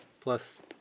plus